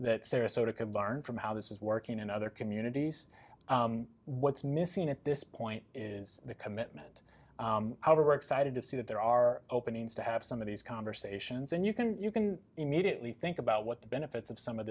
that sarasota could learn from how this is working in other communities what's missing at this point is the commitment how to rock side to see that there are openings to have some of these conversations and you can you can immediately think about what the benefits of some of